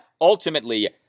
ultimately